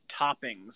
toppings